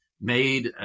made